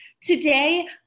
today